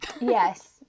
Yes